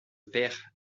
père